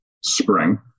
spring